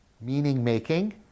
meaning-making